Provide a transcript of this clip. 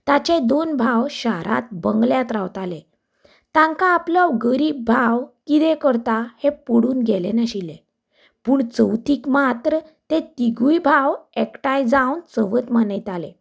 ताचे दोन भाव शारांत बंगल्यांत रावताले तांकां आपलो गरीब भाव कितें करता हें पडून गेलें नाशिल्लें पूण चवथीक मात्र ते तिगूय भाव एकठांय जावन चवथ मनयताले